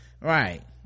right